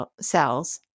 cells